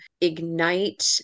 ignite